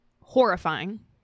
horrifying